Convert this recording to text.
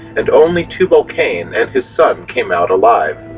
and only tubal-cain and his son. came out alive.